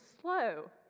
slow